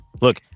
Look